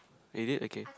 wait you did okay